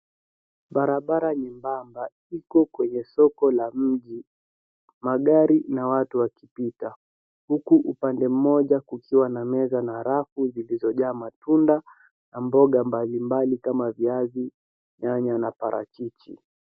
Barabara nyembamba iko kwenye soko la mji magari na watu wakipita huku upande mmoja kukiwa na meza na rafu zilizojaa matunda na mboga mbalimbali kama viazi, nyanya na parachichi.